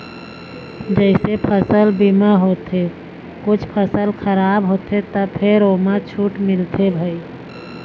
जइसे फसल बीमा होथे कुछ फसल खराब होथे त फेर ओमा छूट मिलथे भई